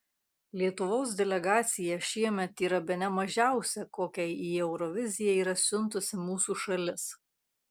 lietuvos delegacija šiemet yra bene mažiausia kokią į euroviziją yra siuntusi mūsų šalis